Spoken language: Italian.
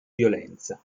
violenza